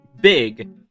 big